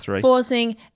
forcing